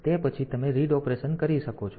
તેથી હવે તે પછી તમે રીડ ઓપરેશન કરી શકો છો